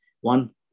one